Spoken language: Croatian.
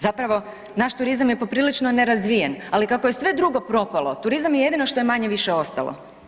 Zapravo naš turizam je poprilično nerazvijen, ali kako je sve drugo propalo turizam je jedino što je manje-više ostalo.